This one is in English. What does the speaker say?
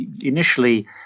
initially